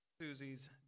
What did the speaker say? Susie's